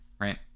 right